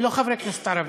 ללא חברי כנסת ערבים.